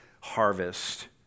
harvest